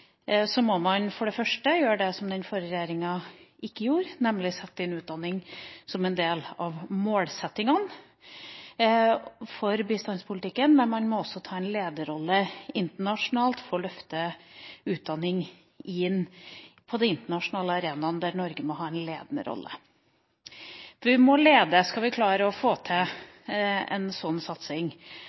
må man for det første gjøre det som den forrige regjeringa ikke gjorde, nemlig å sette inn utdanning som en del av målsettingene for bistandspolitikken, men man må også ta en lederrolle internasjonalt for å løfte utdanning inn på den internasjonale arenaen, der Norge må ha en ledende rolle. For vi må lede, skal vi klare å få til en sånn satsing.